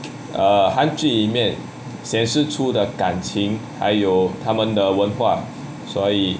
err 韩剧里面显示出的感情还有他们的文化所以